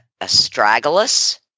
astragalus